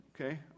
okay